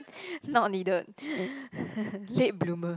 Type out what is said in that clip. not needed late bloomer